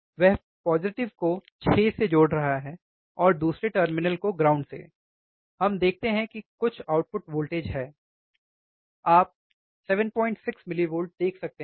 वह पोजि़टिव को 6 से जोड़ रहा है और दूसरे टर्मिनल को ग्राउंड से हम देखते हैं कि कुछ आउटपुट वोल्टेज है आप 76 मिलीवोल्ट देख सकते हैं